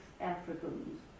Africans